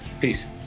Peace